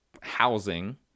housing